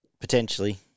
potentially